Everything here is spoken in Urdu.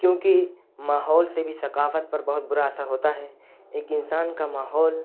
کیونکہ ماحول سے بھی ثقافت پر بہت برا اثر ہوتا ہے ایک انسان کا ماحول